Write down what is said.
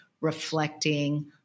reflecting